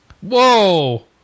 whoa